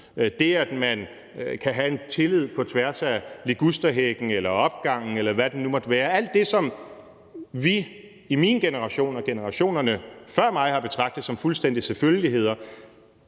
det, at man kan have en tillid på tværs af ligusterhækken eller opgangen, eller hvad det nu måtte være, dvs. alt det, som vi i min generation og generationerne før mig har betragtet som fuldstændige selvfølgeligheder.